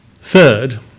Third